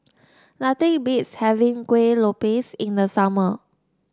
nothing beats having Kueh Lopes in the summer